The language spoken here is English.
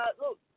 Look